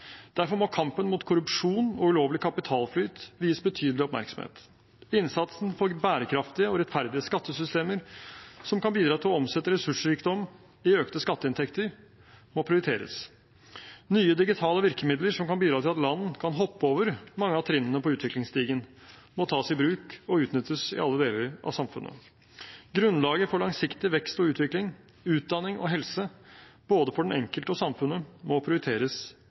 Derfor må kampen mot korrupsjon og ulovlig kapitalflyt vies betydelig oppmerksomhet. Innsatsen for bærekraftige og rettferdige skattesystemer som kan bidra til å omsette ressursrikdom i økte skatteinntekter, må prioriteres. Nye digitale virkemidler som kan bidra til at land kan hoppe over mange av trinnene på utviklingsstigen, må tas i bruk og utnyttes i alle deler av samfunnet. Grunnlaget for langsiktig vekst og utvikling, utdanning og helse for både den enkelte og samfunnet må prioriteres